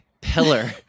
pillar